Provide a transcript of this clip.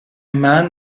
man